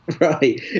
right